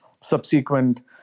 subsequent